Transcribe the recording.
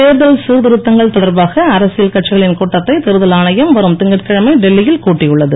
தேர்தல் சீர்திருத்தங்கள் தொடர்பாக அரசியல் கட்சிகளின் கூட்டத்தை தேர்தல் ஆணையம் வரும் திங்கட்சிழமை டெல்லியில் கூட்டியுள்ளது